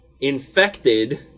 infected